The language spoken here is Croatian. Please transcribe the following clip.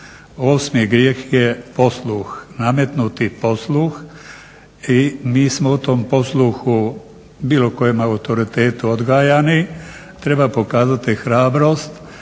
Osmi grijeh je posluh, nametnuti posluh i mi smo o tom posluhu bilo kojem autoritetu odgajani. Treba pokazati hrabrost